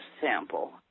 sample